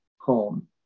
home